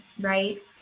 right